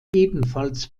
ebenfalls